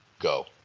Go